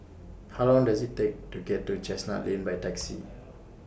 How Long Does IT Take to get to Chestnut Lane By Taxi